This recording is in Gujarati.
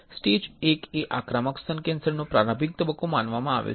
સ્ટેજ I એ આક્રમક સ્તન કેન્સરનો પ્રારંભિક તબક્કો માનવામાં આવે છે